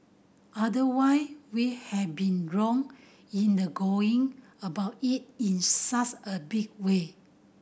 otherwise we have been wrong in the going about it in such as big way